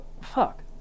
Fuck